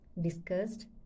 Discussed